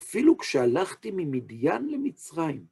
‫אפילו כשהלכתי ממדיין למצרים.